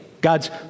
God's